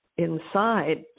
inside